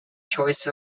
choice